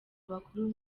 abakuru